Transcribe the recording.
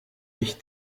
ich